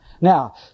Now